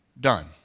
done